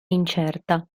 incerta